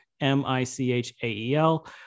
m-i-c-h-a-e-l